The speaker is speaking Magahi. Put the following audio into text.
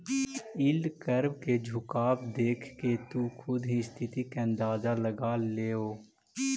यील्ड कर्व के झुकाव देखके तु खुद ही स्थिति के अंदाज लगा लेओ